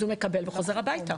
אז הוא מקבל וחוזר הביתה.